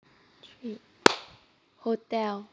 three hotel